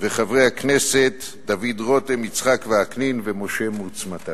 וחברי הכנסת דוד רותם, יצחק וקנין ומשה מוץ מטלון.